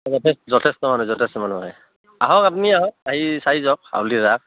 যথেষ্ট যথেষ্ট মানুহ যথেষ্ট মানুহ আহে আহক আপুনি আহক আহি চাই যাওক হাউলী ৰাস